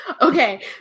Okay